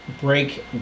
break